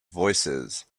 voicesand